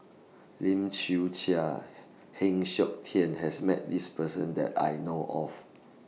Lim Chwee Chian Heng Siok Tian has Met This Person that I know of